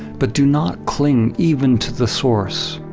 but do not cling even to the source.